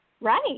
Right